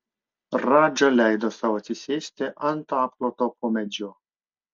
radža leido sau atsisėsti ant apkloto po medžiu